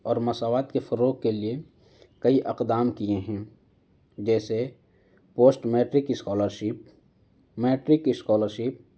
اور مساوات کے فروغ کے لیے کئی اقدام کیے ہیں جیسے post matric scholarship matric scholarship